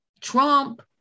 Trump